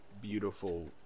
Beautiful